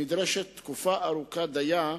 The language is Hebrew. נדרשת תקופה ארוכה דיה,